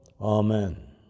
amen